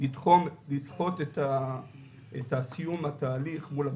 לדחות את סיום התהליך מול הבעלויות,